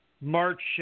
March